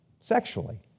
Sexually